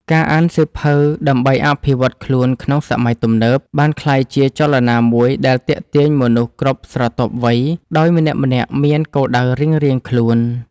ការអានសៀវភៅដើម្បីអភិវឌ្ឍខ្លួនក្នុងសម័យទំនើប បានក្លាយជាចលនាមួយដែលទាក់ទាញមនុស្សគ្រប់ស្រទាប់វ័យ ដោយម្នាក់ៗមានគោលដៅរៀងៗខ្លួន។